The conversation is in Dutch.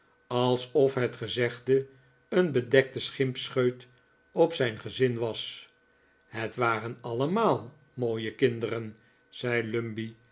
alsof het gezegde een bedekte schimpscheut op zijn gezin was het waren allemaal mooie kinderen zei